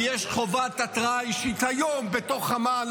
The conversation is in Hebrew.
כי יש חובת התרעה אישית היום בתוך אמ"ן,